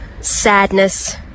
sadness